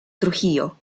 trujillo